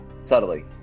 subtly